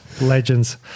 Legends